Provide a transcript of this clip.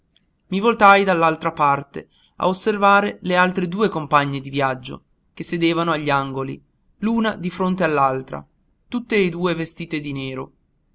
i voltai dall'altra parte a osservare le altre due compagne di viaggio che sedevano agli angoli l'una di fronte all'altra tutte e due vestite di nero